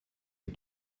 had